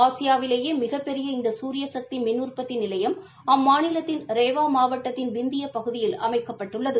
ஆசியாவிலேயே மிகப்பெரிய இந்த சூரியசக்தி மின் உற்பத்தி நிலையம் அம்மாநிலத்தின் ரேவா மாவட்டத்தின் விந்திய பகுதியில் அமைக்கப்பட்டுள்ளது